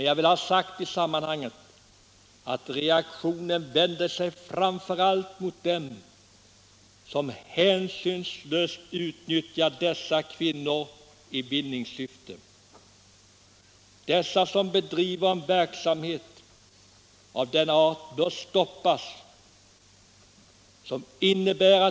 Jag vill i sammanhanget också ha sagt att reaktionen framför allt vänder sig mot dem som hänsynslöst utnyttjar kvinnor i vinningssyfte. De bedriver en verksamhet som bör stoppas.